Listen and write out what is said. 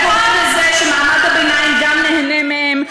זה גורם לזה שמעמד הביניים גם נהנה מהן,